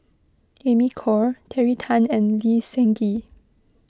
Amy Khor Terry Tan and Lee Seng Gee